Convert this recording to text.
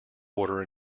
order